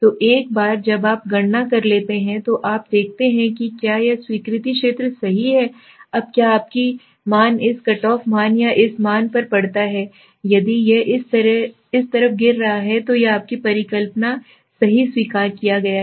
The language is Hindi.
तो एक बार जब आप गणना कर लेते हैं तो आप देखते हैं कि क्या यह स्वीकृति क्षेत्र सही है अब क्या आपकी मान इस कटऑफ मान या इस मान पर पड़ता है यदि यह इस तरफ गिर रहा है तो यह आपकी परिकल्पना है सही स्वीकार किया गया है